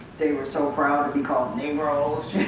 they were so proud to be called negros.